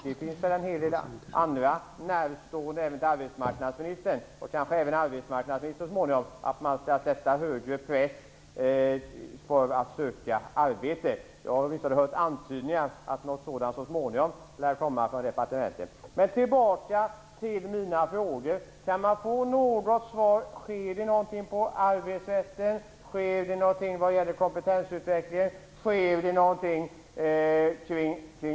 Det finns väl en hel del arbetsmarknadsministern närstående, och kanske även arbetsmarknadsministern själv så småningom, som anser att man skall sätta högre press på dem som söker arbete. Jag har åtminstone hört antydningar om att ett sådant förslag så småningom lär komma från departementet. Tillbaka till mina frågor! Kan jag få något svar på frågan om det sker någonting på arbetsrättens område? Sker det något vad gäller kompetensutvecklingen? Sker det någonting kring AMS?